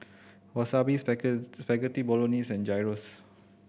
Wasabi Spaghetti Bolognese and Gyros